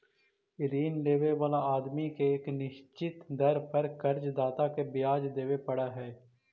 ऋण लेवे वाला आदमी के एक निश्चित दर पर कर्ज दाता के ब्याज देवे पड़ऽ हई